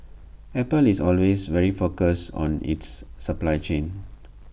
apple is always very focused on its supply chain